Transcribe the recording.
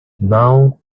now